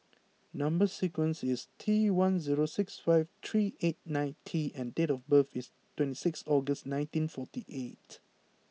number sequence is T one zero six five three eight nine T and date of birth is twenty six August nineteen forty eight